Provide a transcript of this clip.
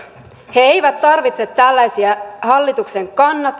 he eivät tarvitse tällaisia hallituksen